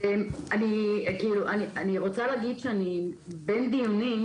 אני רוצה להגיד שאני בין דיונים